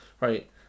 right